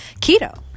Keto